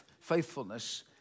faithfulness